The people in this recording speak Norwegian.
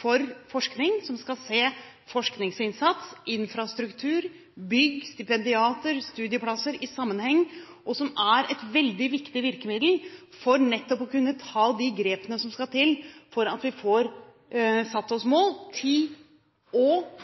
for forskning som skal se forskningsinnsats, infrastruktur, bygg, stipendiater og studieplasser i sammenheng. Det er et veldig viktig virkemiddel for nettopp å kunne ta de grepene som skal til for å få satt oss mål for ti – og legge grunnlag for – 20, 30 år